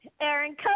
Aaron